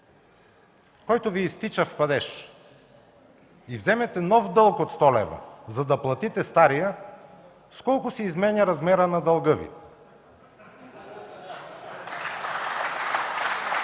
който Ви изтича в падеж, и вземете нов дълг от 100 лв., за да платите стария, с колко се изменя размерът на дълга Ви?